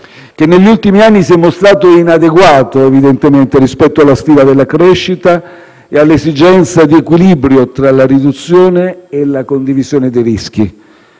che negli ultimi si è mostrato evidentemente inadeguato rispetto alla sfida della crescita e all'esigenza di equilibrio tra la riduzione e la condivisione dei rischi.